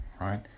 right